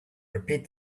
repeat